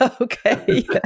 Okay